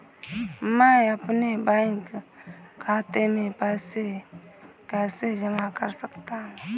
मैं अपने बैंक खाते में पैसे कैसे जमा कर सकता हूँ?